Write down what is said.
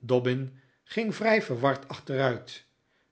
dobbin ging vrij verward achteruit